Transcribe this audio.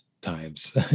times